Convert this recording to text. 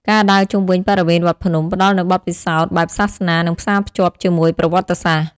ការដើរជុំវិញបរិវេណវត្តភ្នំ ផ្តល់នូវបទពិសោធន៍បែបសាសនា និងផ្សាភ្ជាប់ជាមួយប្រវត្តិសាស្ត្រ។